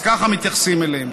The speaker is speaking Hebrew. אז ככה מתייחסים אליהם.